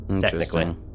technically